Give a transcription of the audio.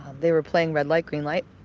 they were playing red light, green light.